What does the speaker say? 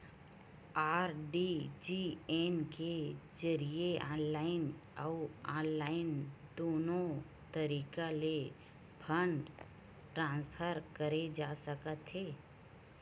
RTGS के जरिए online अउ ऑफलाइन दुनो तरीका ले फंड ट्रांसफर करे जा सकथे